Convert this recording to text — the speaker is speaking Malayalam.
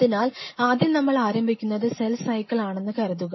അതിനാൽ ആദ്യം നമ്മൾ ആരംഭിക്കുന്നത് സെൽ സൈക്കിൾ ആണെന്ന് കരുതുക